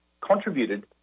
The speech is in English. contributed